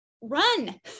run